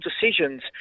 decisions